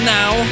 now